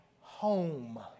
home